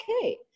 okay